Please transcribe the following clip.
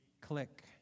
click